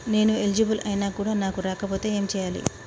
నేను ఎలిజిబుల్ ఐనా కూడా నాకు రాకపోతే ఏం చేయాలి?